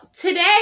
today